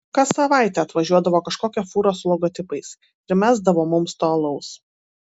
kas savaitę atvažiuodavo kažkokia fūra su logotipais ir mesdavo mums to alaus